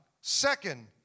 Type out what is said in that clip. Second